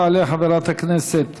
תעלה חברת הכנסת